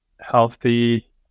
healthy